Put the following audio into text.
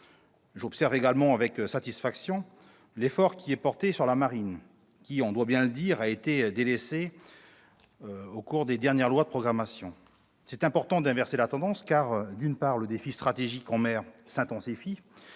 J'observe également avec satisfaction l'effort porté sur la Marine qui, on doit bien le dire, a été délaissée par les dernières lois de programmation. Il est important d'inverser la tendance car, d'une part, le défi stratégique en mer s'intensifie,